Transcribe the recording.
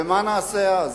ומה נעשה אז?